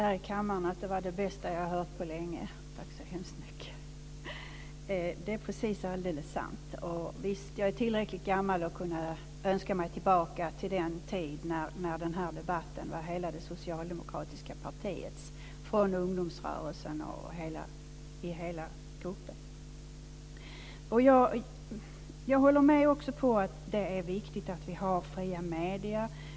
Fru talman! Det var det bästa jag har hört på länge. Tack så hemskt mycket. Det är precis sant. Jag är tillräckligt gammal för att kunna önska mig tillbaka till den tid då debatten var hela det socialdemokratiska partiets, från ungdomsrörelsen till hela gruppen. Jag håller med om att det är viktigt att vi har fria medier.